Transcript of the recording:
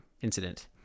incident